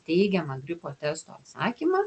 teigiamą gripo testo atsakymą